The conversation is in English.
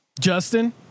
Justin